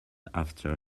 after